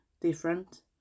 different